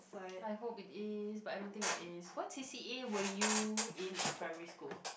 I hope it is but I don't think it is what C_C_A were you in in primary school